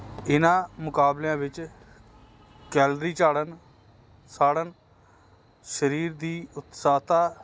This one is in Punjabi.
ਇਹਨਾਂ ਮੁਕਾਬਲਿਆਂ ਵਿੱਚ ਕੈਲਰੀ ਝਾੜਨ ਸਾੜਨ ਸਰੀਰ ਦੀ ਉਤਸਾਹਤਾ